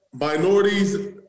minorities